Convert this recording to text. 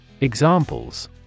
Examples